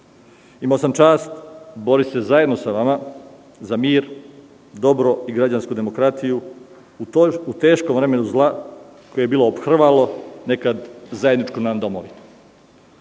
Imao sam čast boriti se zajedno sa vama za mir, dobro i građansku demokratiju u teškom vremenu zla koje je bilo ophrvalo nekad zajedničku nam domovinu. Danas